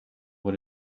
what